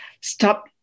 stop